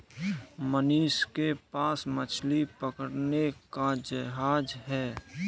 मनीष के पास मछली पकड़ने का जहाज है